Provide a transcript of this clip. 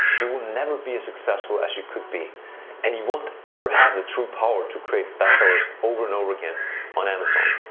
you will never be as successful as you could be and you won't ever have the true power to create bestsellers over and over again on amazon.